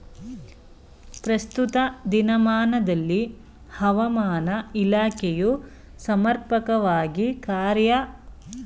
ಪ್ರಸ್ತುತ ದಿನಮಾನದಲ್ಲಿ ಹವಾಮಾನ ಇಲಾಖೆಯು ಸಮರ್ಪಕವಾಗಿ ಕಾರ್ಯ ನಿರ್ವಹಿಸುತ್ತಿದೆಯೇ?